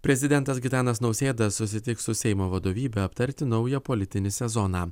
prezidentas gitanas nausėda susitiks su seimo vadovybe aptarti naują politinį sezoną